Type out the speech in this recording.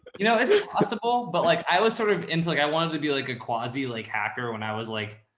you know, it's possible. but like, i was sort of into like, i wanted to be like a quasi, like hacker when i was like,